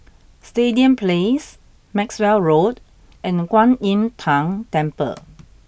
Stadium Place Maxwell Road and Kuan Im Tng Temple